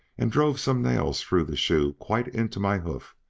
and drove some nails through the shoe quite into my hoof,